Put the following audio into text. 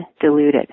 diluted